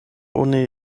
oni